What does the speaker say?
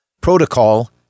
protocol